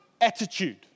attitude